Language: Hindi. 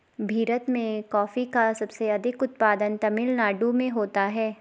भीरत में कॉफी का सबसे अधिक उत्पादन तमिल नाडु में होता है